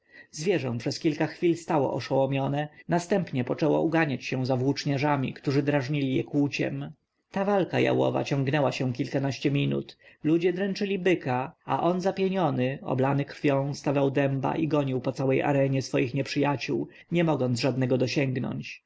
zwierzę przez kilka chwil stało oszołomione następnie poczęło uganiać się za włóczniarzami którzy drażnili je kłuciem ta walka jałowa ciągnęła się kilka minut ludzie dręczyli byka a on zapieniony oblany krwią stawał dęba i gonił po całej arenie swoich nieprzyjaciół nie mogąc żadnego dosięgnąć